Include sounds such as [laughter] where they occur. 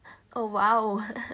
oh !wow! [laughs]